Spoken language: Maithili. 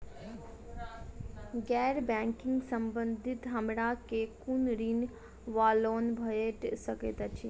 गैर बैंकिंग संबंधित हमरा केँ कुन ऋण वा लोन भेट सकैत अछि?